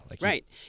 Right